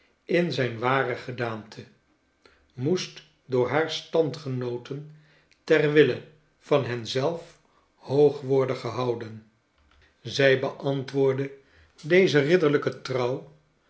in zijn ware gedaante r moest jdoor haar standgenooten ter wille van hen zelf hoog worden ghouden zij kleine dorrit beantwoordde deze ridderlijke trouw